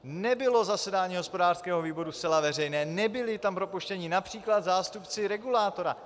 Nebylo zasedání hospodářského výboru zcela veřejné, nebyli tam propuštěni například zástupci regulátora.